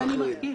אני מסביר.